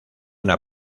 una